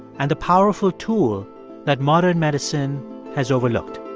and the powerful tool that modern medicine has overlooked